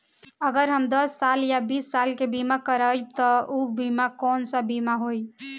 अगर हम दस साल या बिस साल के बिमा करबइम त ऊ बिमा कौन सा बिमा होई?